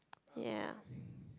ya